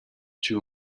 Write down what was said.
two